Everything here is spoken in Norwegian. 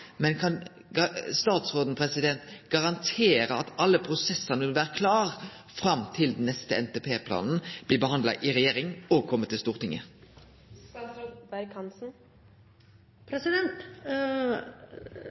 men kan statsråden garantere at alle prosessane vil vere klare fram til den neste NTP-planen blir behandla i regjering og kjem til